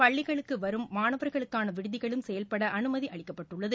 பள்ளிகளுக்கு வரும் மாணவர்களுக்கான விடுதிகளும் செயல்பட அனுமதி அளிக்கப்பட்டுள்ளது